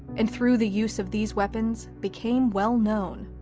and through the use of these weapons became well known.